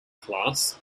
class